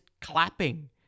clapping